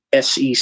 SEC